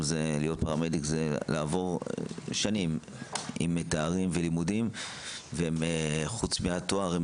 להיות פרמדיק זה לעבור שנים עם תארים ולימודים וחוץ מהתואר הם